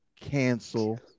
cancel